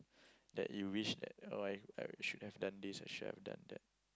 that you wished that oh I shouldn't have done this I shouldn't have done that